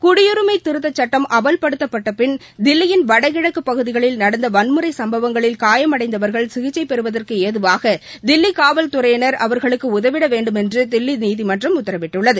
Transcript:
குடியுரிமை திருத்தச் சட்டம் அமல்படுத்தப்பட்ட பின் தில்லியின் வடகிழக்கு பகுதிகளில் நடந்த வன்முறை சம்பவங்களில் காயமடைந்தவர்கள் சிகிச்சை பெறுவதற்கு ஏதுவாக தில்லி காவல்துறையினர் அவர்களுக்கு உதவிட வேண்டுமென்று தில்லி நீதிமன்றம் உத்தரவிட்டுள்ளது